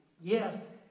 Yes